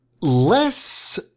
Less